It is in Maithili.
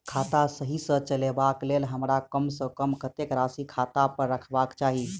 खाता सही सँ चलेबाक लेल हमरा कम सँ कम कतेक राशि खाता पर रखबाक चाहि?